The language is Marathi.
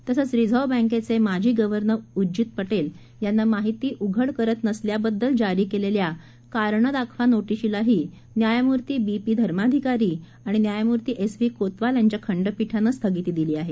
तसंच रिझर्व बँकेचे माजी गव्हर्नर उर्जित पटेल यांना माहिती उघड करत नसल्याबद्दल जारी केलेल्या कारणे दाखवा नोटिशीलाही न्यायमूर्ती बी पी धर्माधिकारी आणि न्यायमूर्ती एस व्ही कोतवाल यांच्या खंडपीठानं स्थगिती दिली आहे